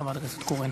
חברת הכנסת קורן.